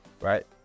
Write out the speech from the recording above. right